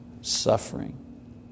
suffering